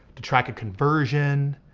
to track a conversion,